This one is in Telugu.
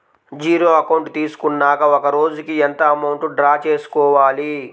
జీరో అకౌంట్ తీసుకున్నాక ఒక రోజుకి ఎంత అమౌంట్ డ్రా చేసుకోవాలి?